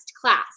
class